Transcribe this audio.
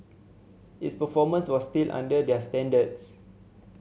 its performance was still under their standards